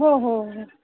हो हो हो